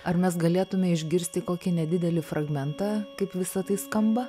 ar mes galėtume išgirsti kokį nedidelį fragmentą kaip visa tai skamba